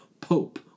Pope